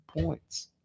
points